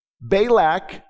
Balak